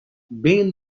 bail